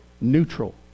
Neutral